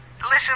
Listen